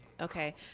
Okay